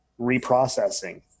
reprocessing